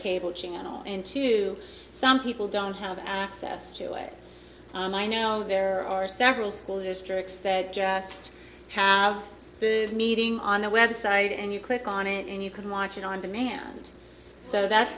cable channel and to some people don't have access to it there are several school districts that just have been meeting on the website and you click on it and you can watch it on demand so that's